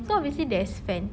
so obviously there's fan